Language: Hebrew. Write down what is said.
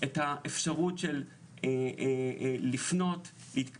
את תירגעי עם תעודות ההוקרה